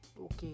Okay